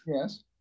yes